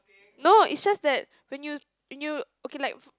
no is just that when you when you okay like